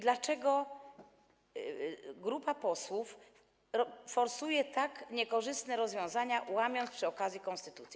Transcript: Dlaczego grupa posłów forsuje tak niekorzystne rozwiązania, łamiąc przy okazji konstytucję?